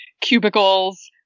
cubicles